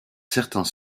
certains